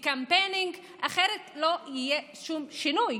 בקמפיינינג, אחרת לא יהיה שום שינוי.